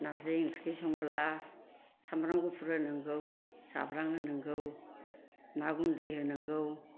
नारजि ओंख्रि संबोला सामब्राम गुफुर होनांगौ जाब्रां होनांगौ ना गुन्दै होनांगौ